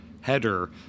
header